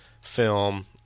film